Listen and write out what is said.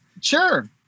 Sure